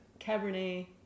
Cabernet